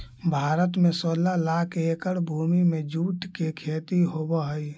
भारत में सोलह लाख एकड़ भूमि में जूट के खेती होवऽ हइ